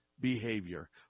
behavior